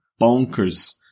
bonkers